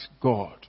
God